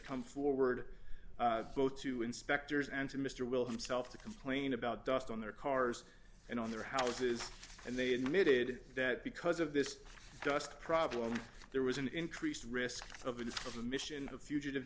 come forward both to inspectors and to mr will himself to complain about dust on their cars and on their houses and they admitted that because of this dust problem there was an increased risk of an emission of fugitive